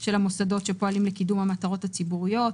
של המוסדות שפועלים לקידום המטרות הציבוריות,